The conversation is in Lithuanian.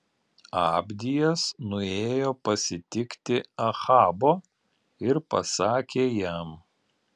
abdijas nuėjo pasitikti ahabo ir pasakė jam